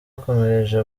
akomereje